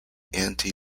anti